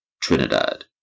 Trinidad